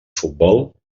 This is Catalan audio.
futbol